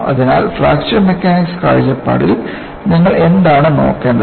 അതിനാൽ fracture mechanics കാഴ്ചപ്പാടിൽ നിങ്ങൾ എന്താണ് നോക്കേണ്ടത്